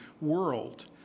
world